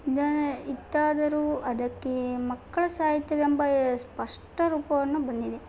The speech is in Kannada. ಇತ್ತಾದರು ಅದಕ್ಕೆ ಮಕ್ಕಳ ಸಾಹಿತ್ಯವೆಂಬ ಸ್ಪಷ್ಟ ರೂಪವನ್ನು ಬಂದಿದೆ